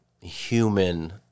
human